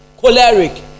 choleric